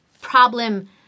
problem